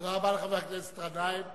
תודה רבה לחבר הכנסת גנאים.